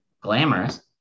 glamorous